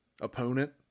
opponent